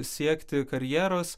siekti karjeros